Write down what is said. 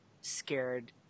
scared